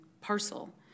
parcel